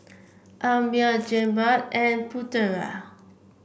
Ammir Jenab and Putera